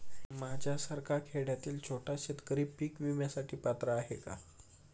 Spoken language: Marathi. माझ्यासारखा खेड्यातील छोटा शेतकरी पीक विम्यासाठी पात्र आहे का?